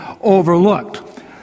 overlooked